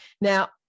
Now